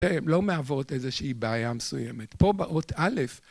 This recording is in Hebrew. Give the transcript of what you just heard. לא מהוות איזושהי בעיה מסוימת. פה באות א',